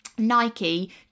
nike